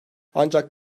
ancak